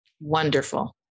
Wonderful